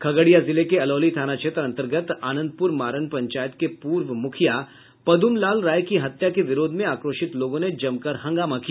खगड़िया जिले के अलौली थाना क्षेत्र अन्तर्गत आनंदपुर मारन पंचायत के पूर्व मुखिया पद्म लाल राय की हत्या के विरोध में आक्रोशित लोगों ने जमकर हंगामा किया